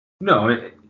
No